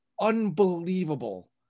unbelievable